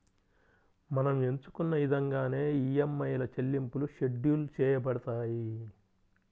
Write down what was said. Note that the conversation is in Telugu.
మనం ఎంచుకున్న ఇదంగానే ఈఎంఐల చెల్లింపులు షెడ్యూల్ చేయబడతాయి